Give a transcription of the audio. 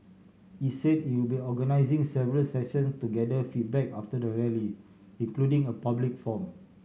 it said it will be organising several sessions to gather feedback after the Rally including a public forum